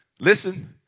Listen